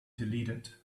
deleted